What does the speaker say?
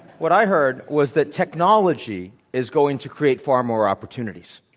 what i heard was that technology is going to create far more opportunities,